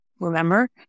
remember